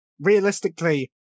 realistically